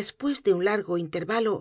después de un largo intervalo